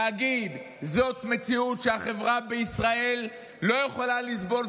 להגיד: זאת מציאות שהחברה בישראל לא יכולה לסבול,